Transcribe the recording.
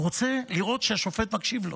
הוא רוצה לראות שהשופט מקשיב לו.